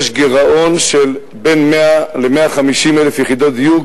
יש גירעון של בין 100,000 ל-150,000 יחידות דיור,